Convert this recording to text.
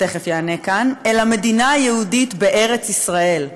שתכף יענה כאן, אלא מדינה יהודית בארץ ישראל.